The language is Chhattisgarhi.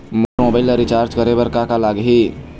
मोर मोबाइल ला रिचार्ज करे बर का का लगही?